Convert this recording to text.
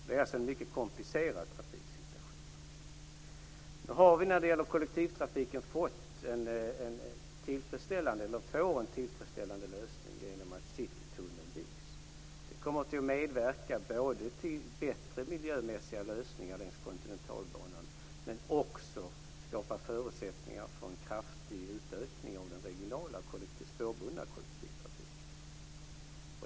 Det är alltså en mycket komplicerad trafiksituation. Nu får vi när det gäller kollektivtrafiken en tillfredsställande lösning genom att Citytunneln byggs. Det kommer att medverka till både bättre miljömässiga lösningar längs Kontinentalbanan och skapa förutsättningar för en kraftig utökning av den regionala spårbundna kollektivtrafiken.